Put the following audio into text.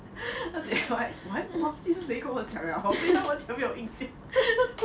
而且我还我还忘记是谁跟我讲了完全完全对他没有印象